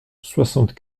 soixante